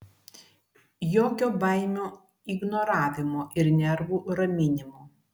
jokio baimių ignoravimo ir nervų raminimo